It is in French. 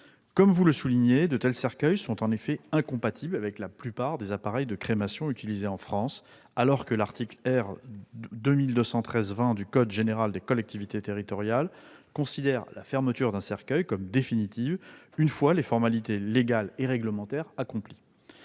zinc. Vous l'avez souligné, de tels cercueils sont incompatibles avec la plupart des appareils de crémation utilisés en France, alors que l'article R. 2213-20 du code général des collectivités territoriales considère la fermeture d'un cercueil comme définitive après que les formalités légales et réglementaires ont été accomplies.